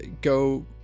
go